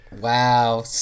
Wow